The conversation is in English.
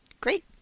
great